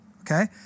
okay